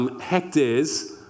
hectares